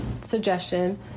suggestion